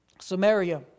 Samaria